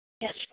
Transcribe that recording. Yes